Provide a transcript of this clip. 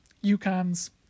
Yukon's